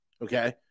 okay